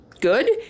good